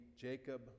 Jacob